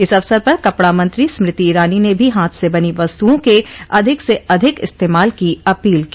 इस अवसर पर कपड़ा मंत्री स्मृति ईरानी ने भी हाथ से बनी वस्तुओं के अधिक से अधिक इस्तमाल की अपील की